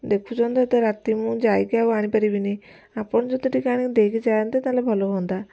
ଦେଖୁଛନ୍ତି ତ ଏତେ ରାତି ମୁଁ ଯାଇକି ଆଉ ଆଣିପାରିବିନି ଆପଣ ଯଦି ଟିକେ ଆଣିକି ଦେଇକି ଯାଆନ୍ତେ ତାହେଲେ ଭଲ ହୁଅନ୍ତା